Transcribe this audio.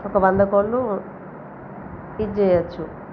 ఒక వంద కోళ్ళు ఇది చెయ్యొచ్చు